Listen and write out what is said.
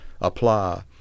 apply